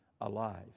alive